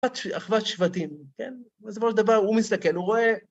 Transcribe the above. אחוות שבטים, כן? זה בעוד דבר, הוא מסתכל, הוא רואה...